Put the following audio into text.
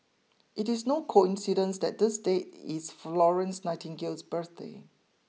it is no coincidence that this date is Florence Nightingale's birthday